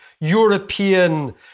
European